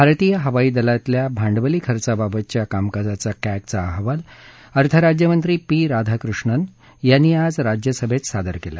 भारतीय हवाई दलातल्या भांडवली खर्चाबाबतच्या कामकाजाचा कॅगचा अहवाल अर्थराज्यमंत्री पी राधाकृष्णन यांनी आज राज्यसभेत सादर केला